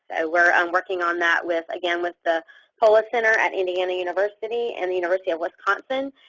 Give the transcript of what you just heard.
we're um working on that with again with the polis center at indiana university and the university of wisconsin,